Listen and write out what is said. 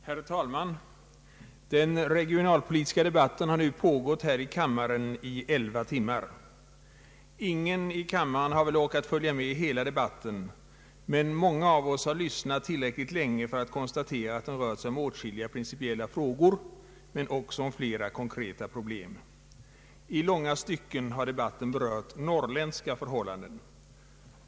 Herr talman! Den regionalpolitiska debatten har nu pågått här i kammaren i elva timmar. Ingen i kammaren har väl orkat följa med hela debatten; många av oss har dock lyssnat tillräckligt länge för att konstatera att den rört sig om åtskilliga principiella frågor men också om flera konkreta problem. I långa stycken har debatten berört norrländska förhållanden.